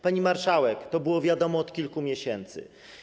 Pani marszałek, to było wiadomo od kilku miesięcy.